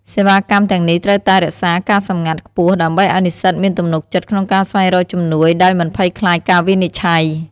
សេវាកម្មទាំងនេះត្រូវតែរក្សាការសម្ងាត់ខ្ពស់ដើម្បីឱ្យនិស្សិតមានទំនុកចិត្តក្នុងការស្វែងរកជំនួយដោយមិនភ័យខ្លាចការវិនិច្ឆ័យ។